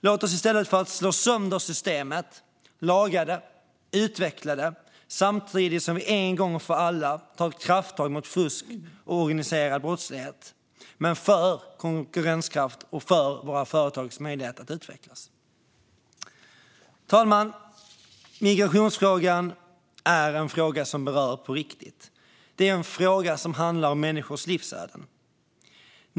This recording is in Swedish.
Låt oss i stället för att slå sönder systemet laga det, utveckla det, samtidigt som vi en gång för alla tar ett krafttag mot fusk och mot organiserad brottslighet, för konkurrenskraft och för våra företags möjlighet att utvecklas. Fru talman! Migrationsfrågan är en fråga som berör på riktigt. Det är en fråga som handlar om människors livsöden.